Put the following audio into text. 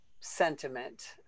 sentiment